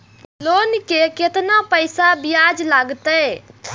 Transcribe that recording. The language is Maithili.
लोन के केतना पैसा ब्याज लागते?